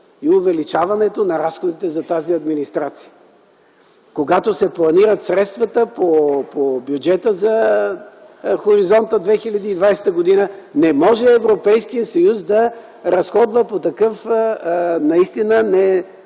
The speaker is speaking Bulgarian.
и увеличаването на разходите за тази администрация. Когато се планират средствата по бюджета за хоризонт 2020 г., не може Европейският съюз да разходва по такъв неприемлив